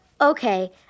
okay